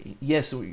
Yes